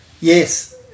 yes